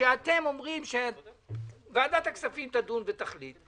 שאתם אומרים שוועדת כספים תדון ותחליט,